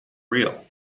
real